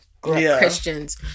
Christians